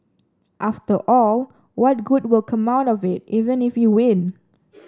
after all what good will come out of it even if you win